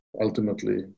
ultimately